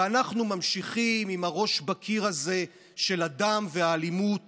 ואנחנו ממשיכים עם הראש בקיר הזה של הדם והאלימות